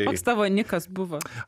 koks tavo nikas buvo